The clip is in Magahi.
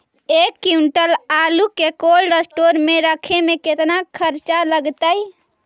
एक क्विंटल आलू के कोल्ड अस्टोर मे रखे मे केतना खरचा लगतइ?